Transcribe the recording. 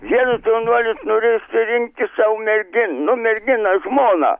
vienas jaunuolis norėjo išsirinkti sau mergin nu merginą žmoną